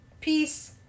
peace